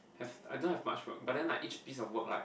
have I don't have much work but then like each piece of work right